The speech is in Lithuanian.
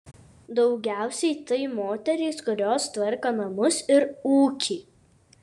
daugiausiai tai moterys kurios tvarko namus ir ūkį